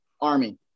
Army